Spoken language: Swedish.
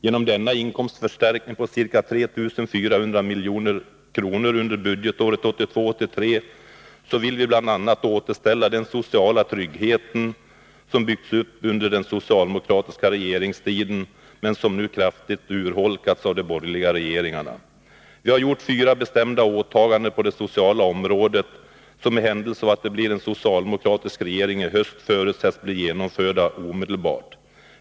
Genom denna inkomstförstärkning på ca 3 400 milj.kr. under budgetåret 1982/83 vill vi bl.a. återställa den sociala trygghet som byggts upp under den socialdemokratiska regeringstiden men som nu kraftigt urholkats av de borgerliga regeringarna. Vi har gjort fyra bestämda åtaganden på det sociala området som i händelse av att det blir en socialdemokratisk regering i höst förutsätts bli genomförda omedelbart.